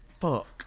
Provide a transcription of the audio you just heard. Fuck